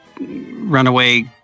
runaway